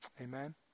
Amen